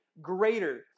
greater